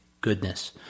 goodness